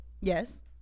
Yes